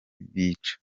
bica